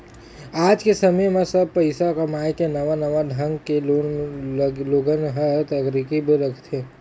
आज के समे म सब पइसा कमाए के नवा नवा ढंग ले लोगन ह तरकीब देखत रहिथे